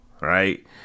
right